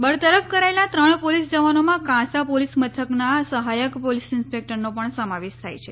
બરતરફ કરાયેલા ત્રણ પોલીસ જવાનોમાં કાસા પોલીસ મથકના સહાયક પોલીસ ઈન્સ્પેક્ટરનો પણ સમાવેશ થાય છે